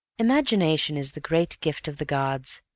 imagination is the great gift of the gods.